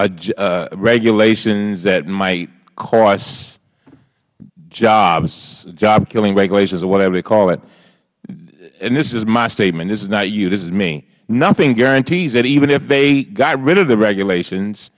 s regulations that might cost jobs job killing regulations or whatever you call it and this is my statement this is not you this is me nothing guarantees that even if they got rid of the regulations